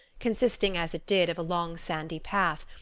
consisting as it did of a long, sandy path,